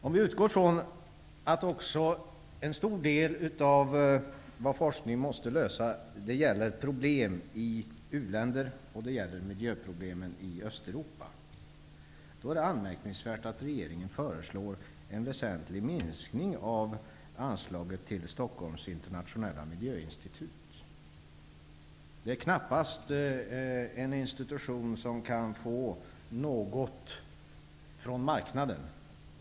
Om vi utgår från att en stor del av de problem som forskningen måste lösa gäller u-länder och miljön i Östeuropa, är det anmärkningsvärt att regeringen föreslår en väsentlig minskning av anslaget till Stockholms internationella miljöinstitut. Det är knappast en institution som kan få något från marknaden.